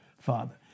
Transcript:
Father